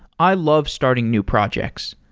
i love starting new projects,